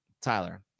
Tyler